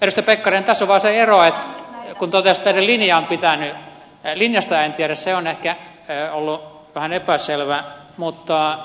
edustaja pekkarinen tässä on vaan se ero kun totesitte että teidän linjanne on pitänyt että linjasta en tiedä se on ehkä ollut vähän epäselvä mutta